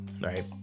right